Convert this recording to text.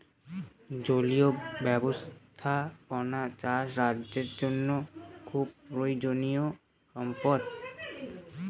জলীয় ব্যাবস্থাপনা চাষ রাজ্যের জন্য খুব প্রয়োজনীয়ো সম্পদ